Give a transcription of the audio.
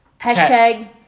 hashtag